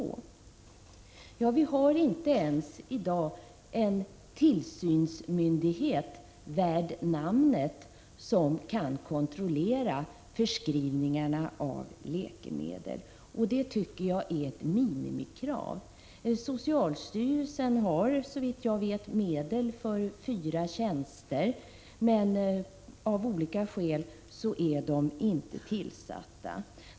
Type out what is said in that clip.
Vi har i dag inte ens en tillsynsmyndighet, värd namnet, som kan kontrollera förskrivningarna av läkemedel. Att det skall finnas en sådan myndighet tycker jag är ett minimikrav. Socialstyrelsen har, såvitt jag vet, medel för fyra tjänster, men av olika skäl är de inte tillsatta.